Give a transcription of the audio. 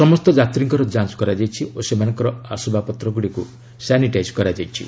ସମସ୍ତ ଯାତ୍ରୀଙ୍କର ଯାଞ୍ଚ କରାଯାଇଛି ଓ ସେମାନଙ୍କର ଆସବାବ ପତ୍ରଗୁଡ଼ିକୁ ସାନିଟାଇଜ କରାଯାଇଛି